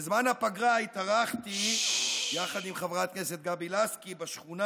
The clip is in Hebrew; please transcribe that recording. בזמן הפגרה התארחתי יחד עם חברת הכנסת גבי לסקי בשכונה